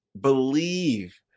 believe